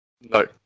no